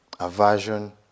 Aversion